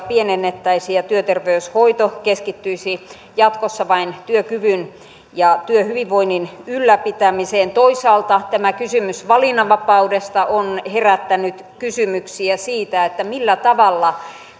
pienennettäisiin ja työterveyshoito keskittyisi jatkossa vain työkyvyn ja työhyvinvoinnin ylläpitämiseen toisaalta tämä kysymys valinnanvapaudesta on herättänyt kysymyksiä siitä millä tavalla